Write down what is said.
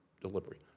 delivery